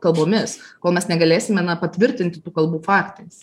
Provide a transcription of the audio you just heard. kalbomis kol mes negalėsime na patvirtinti tų kalbų faktais